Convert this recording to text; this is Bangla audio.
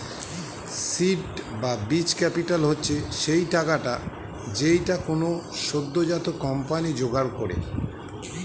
সীড বা বীজ ক্যাপিটাল হচ্ছে সেই টাকাটা যেইটা কোনো সদ্যোজাত কোম্পানি জোগাড় করে